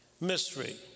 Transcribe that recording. Mystery